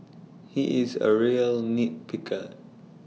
he is A real nit picker